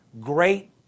great